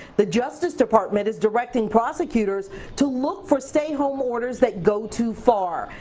the justice department is directing prosecutors to look for stay-home orders that go too far,